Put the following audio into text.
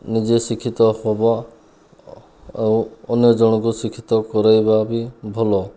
ନିଜେ ଶିକ୍ଷିତ ହେବ ଆଉ ଅନ୍ୟ ଜଣକୁ ଶିକ୍ଷିତ କରାଇବା ବି ଭଲ